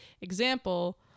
example